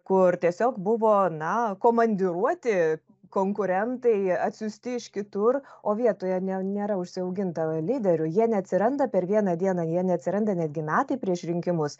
kur tiesiog buvo na komandiruoti konkurentai atsiųsti iš kitur o vietoje ne nėra užsiauginta lyderiu jie neatsiranda per vieną dieną jie neatsiranda netgi metai prieš rinkimus